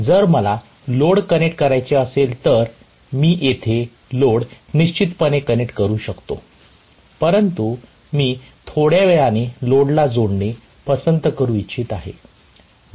आता जर मला लोड कनेक्ट करायचे असेल तर मी येथे लोड निश्चितपणे कनेक्ट करू शकतो परंतु मी थोड्या वेळाने लोडला जोडणे पसंत करू इच्छित आहे